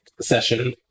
session